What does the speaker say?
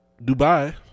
Dubai